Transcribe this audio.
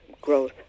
growth